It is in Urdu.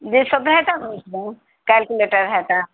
جی صبح تک کلکولیٹر ہیتا